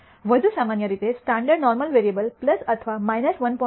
વધુ સામાન્ય રીતે સ્ટાન્ડર્ડ નોર્મલ વેરીઅબલ્જ઼ અથવા 1